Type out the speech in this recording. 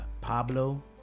Pablo